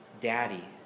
Daddy